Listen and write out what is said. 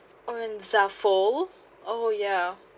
on oh yeah